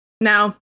Now